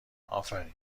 آفرین